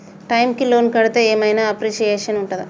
Time కి loan కడ్తే ఏం ఐనా అప్రిషియేషన్ ఉంటదా?